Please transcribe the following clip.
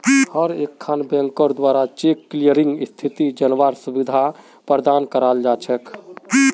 हर एकखन बैंकेर द्वारा चेक क्लियरिंग स्थिति जनवार सुविधा प्रदान कराल जा छेक